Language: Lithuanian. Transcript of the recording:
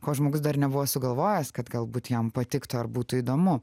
ko žmogus dar nebuvo sugalvojęs kad galbūt jam patiktų ar būtų įdomu